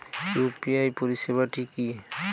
UPI পরিসেবাটা কি?